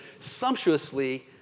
sumptuously